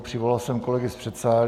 Přivolal jsem kolegy z předsálí.